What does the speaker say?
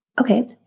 Okay